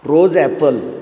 rose apple